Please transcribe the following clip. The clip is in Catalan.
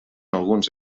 alguns